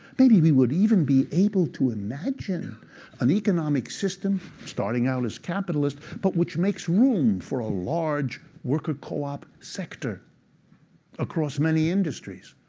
maybe we would even be able to imagine an economic system starting out as capitalist, but which makes room for a large worker co-op sector across many industries.